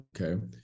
Okay